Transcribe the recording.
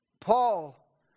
Paul